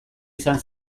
izan